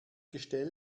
gestell